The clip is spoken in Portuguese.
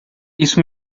isso